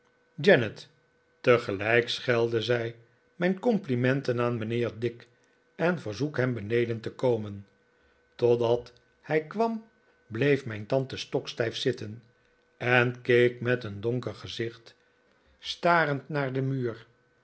janet tegelijk schelde zij mijn complimenten aan mijnheer dick en verzoek hem beneden te komen totdat hij kwam bleef mijn tante stokstijf zitten en keek met een donker gezicht starend naar den muur